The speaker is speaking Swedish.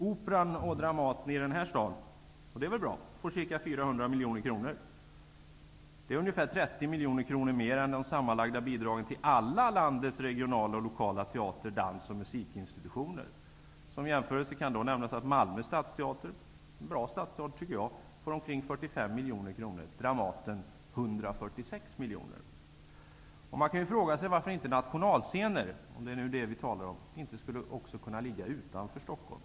Operan och Dramaten i den här staden får ca 400 miljoner kronor -- och det är väl bra. Det är ungefär 30 miljoner kronor mer än de sammanlagda bidragen till alla landets regionala och lokala teater-, dans och musikinstitutioner. Som jämförelse kan nämnas att Malmö stadsteater -- en bra stadsteater, tycker jag -- får omkring 45 miljoner kronor. Dramaten får 146 miljoner. Man kan fråga sig varför inte nationalscener, om det är det vi talar om, inte också skulle kunna ligga utanför Stockholm.